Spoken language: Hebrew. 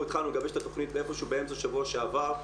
אנחנו התחלנו לגבש את התכנית איפשהו באמצע שבוע שעבר.